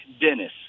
Dennis